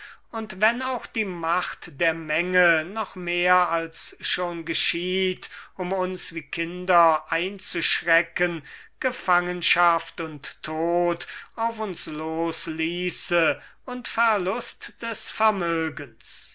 und wenn auch die macht der menge noch mehr als schon geschieht um uns wie kinder einzuschüchtern gefangenschaft und tod auf uns losließe und verlust des vermögens